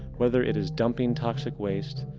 whether it is dumping toxic waste,